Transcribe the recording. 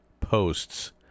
posts